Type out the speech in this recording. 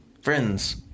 friends